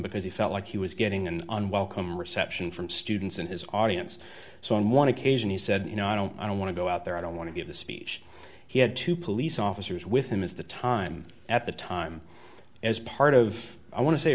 because he felt like he was getting an unwelcome reception from students and his audience so on one occasion he said you know i don't i don't want to go out there i don't want to give the speech he had two police officers with him is the time at the time as part of i wan